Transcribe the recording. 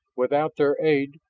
without their aid,